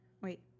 wait